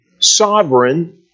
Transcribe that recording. sovereign